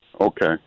Okay